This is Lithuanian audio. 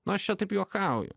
nu aš čia taip juokauju